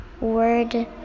word